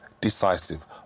decisive